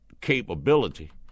capability